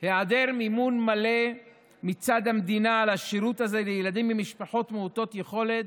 היעדר מימון מלא מצד המדינה של השירות הזה לילדים ממשפחות מעוטות יכולת